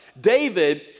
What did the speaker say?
David